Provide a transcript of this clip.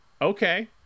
okay